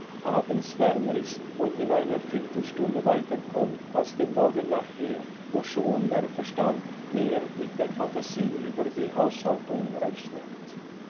abends wärmer ist und in einer viertelstunde weiter kommt als den morgen nachher wo schon der verstand mehr mit der phantasie über die haushaltung rechnet